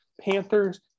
Panthers